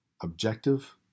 objective